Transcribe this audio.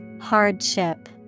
Hardship